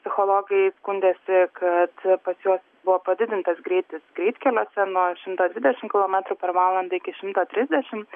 psichologai skundėsi kad pas juos buvo padidintas greitis greitkeliuose nuo šimto dvidešimt kilometrų per valandą iki šimto trisdešimt